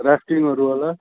राफ्टिङहरू होला